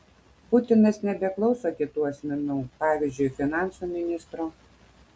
putinas nebeklauso kitų asmenų pavyzdžiui finansų ministro